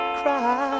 cry